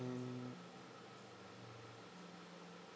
mm